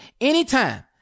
anytime